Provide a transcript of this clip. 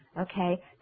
okay